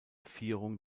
vierung